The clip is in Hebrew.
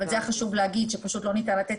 אבל חשוב להגיד שפשוט לא ניתן לתת